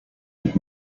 had